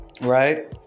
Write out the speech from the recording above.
right